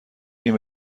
این